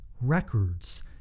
records